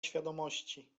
świadomości